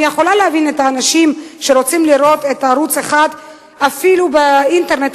אני יכולה להבין את האנשים שרוצים לראות את ערוץ-1 אפילו באינטרנט.